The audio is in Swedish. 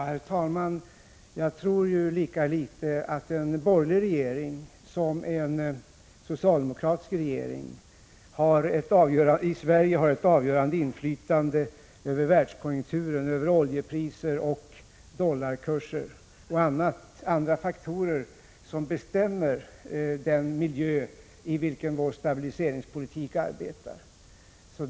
Herr talman! Jag tror att en borgerlig regering lika litet som en socialdemokratisk regering i Sverige har ett avgörande inflytande över världskonjunkturen, över oljepriser, dollarkurser och andra faktorer som bestämmer den miljö i vilken vår stabiliseringspolitik arbetar.